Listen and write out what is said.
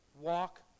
Walk